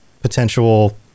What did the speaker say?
potential